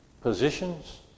positions